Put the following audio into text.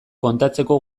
kontatzeko